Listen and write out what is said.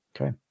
okay